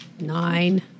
Nine